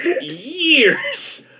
years